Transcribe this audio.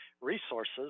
resources